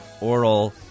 Oral